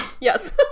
Yes